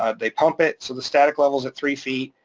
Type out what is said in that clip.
ah they pump it, so the static level's at three feet.